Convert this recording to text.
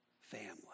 family